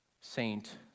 Saint